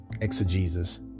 exegesis